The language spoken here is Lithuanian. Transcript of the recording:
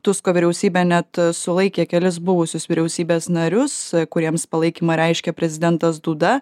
tusko vyriausybė net sulaikė kelis buvusius vyriausybės narius kuriems palaikymą reiškia prezidentas duda